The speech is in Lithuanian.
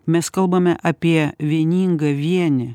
mes kalbame apie vieningą vienį